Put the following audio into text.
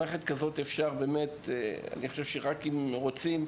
אני חושב שרק אם רוצים,